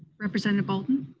representative bolden?